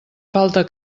falta